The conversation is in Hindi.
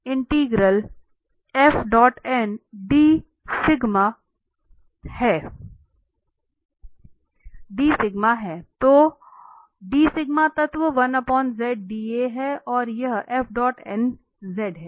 तो तत्व है और यह z है